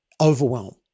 overwhelm